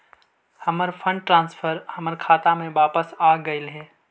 हमर fund transfer हमर खाता में वापस आगईल हे